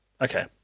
Okay